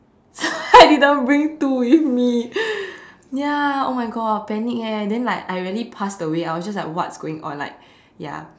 I didn't bring two with me ya oh my God panic eh then like I already passed away I was just like what's going on ya